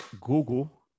Google